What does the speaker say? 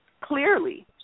clearly